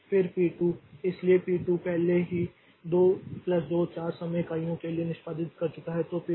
फिर पी 2 इसलिए पी 2 पहले से ही 2 प्लस 2 4 समय इकाइयों के लिए निष्पादित कर चुका है